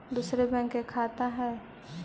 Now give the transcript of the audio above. दुसरे बैंक के खाता हैं?